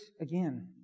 again